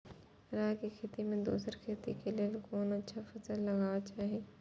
राय के खेती मे दोसर खेती के लेल कोन अच्छा फसल लगवाक चाहिँ?